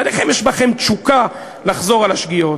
יש בכם תשוקה לחזור על השגיאות.